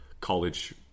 college